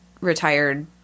retired